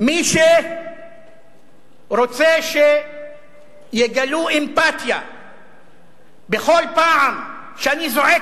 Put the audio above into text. מי שרוצה שיגלו אמפתיה בכל פעם שאני זועק